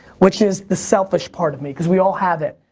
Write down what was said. which is the selfish part of me, cause we all have it.